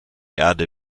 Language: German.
erde